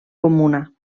comuna